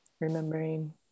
remembering